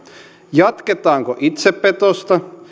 jatketaanko itsepetosta